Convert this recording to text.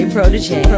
Protege